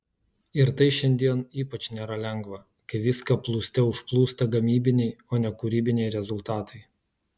ir tai šiandien ypač nėra lengva kai viską plūste užplūsta gamybiniai o ne kūrybiniai rezultatai